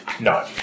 No